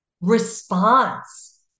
response